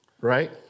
right